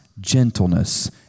gentleness